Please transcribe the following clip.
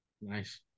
Nice